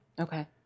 Okay